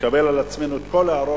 נקבל על עצמנו את כל ההערות,